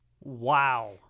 Wow